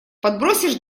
подбросишь